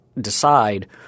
decide